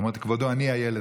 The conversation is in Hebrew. אמרתי: כבודו, אני הילד.